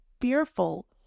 fearful